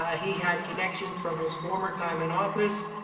ah he had connections from his former time in office.